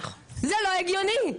זה לא הגיוני.